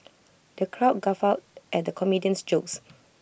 the crowd guffawed at the comedian's jokes